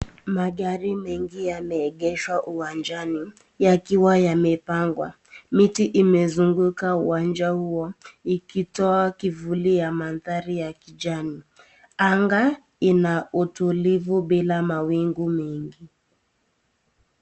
Magari mengi yameegeshwa uwanjani yakiwa yamepangwa, miti imezunguka uwanja huo ikitoa kivuli ya maandhari ya kijani. Anga inautulivu bila mawingu mingi.